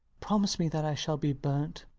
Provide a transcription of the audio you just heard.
promise me that i shall be burnt.